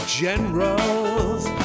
generals